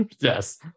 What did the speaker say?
Yes